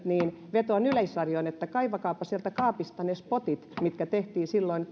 niin vetoan yleisradioon että kaivakaapa sieltä kaapista ne käsienpesuspotit mitkä tehtiin silloin